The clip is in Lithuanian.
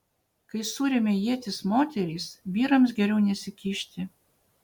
kai suremia ietis moterys vyrams geriau nesikišti